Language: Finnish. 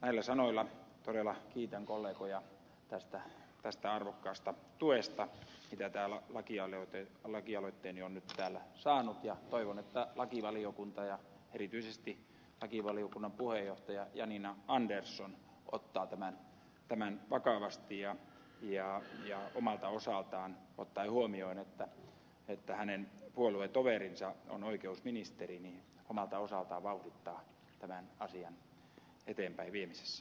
näillä sanoilla todella kiitän kollegoja tästä arvokkaasta tuesta mitä lakialoitteeni on nyt täällä saanut ja toivon että lakivaliokunta ja erityisesti lakivaliokunnan puheenjohtaja janina andersson ottaa tämän vakavasti ja ottaa omalta osaltaan huomioon että hänen puoluetoverinsa on oikeusministeri ja omalta osaltaan vauhdittaa tämän asian eteenpäin viemisessä